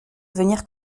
devenir